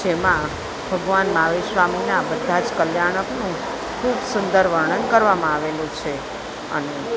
જેમાં ભગવાન મહાવીર સ્વામીના બધા જ કલ્યાણકનું ખૂબ સુંદર વર્ણન કરવામાં આવેલું છે અને